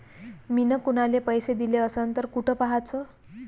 मिन कुनाले पैसे दिले असन तर कुठ पाहाचं?